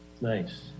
nice